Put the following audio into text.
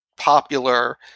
popular